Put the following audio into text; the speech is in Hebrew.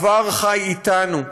העבר חי איתנו,